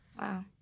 Wow